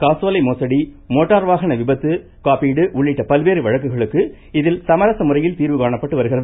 காசோலை மோசடி மோட்டார் வாகன விபத்து காப்பீடு உள்ளிட்ட பல்வேறு வழக்குகளுக்கு இதில் சமரச முறையில் தீர்வுகாணப்பட்டு வருகிறது